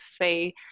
say